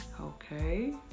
okay